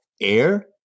air